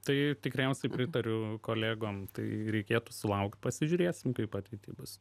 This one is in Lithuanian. tai tikriausiai pritariu kolegom tai reikėtų sulaukt pasižiūrėsim kaip ateity bus